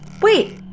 Wait